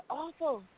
awful